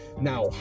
now